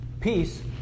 peace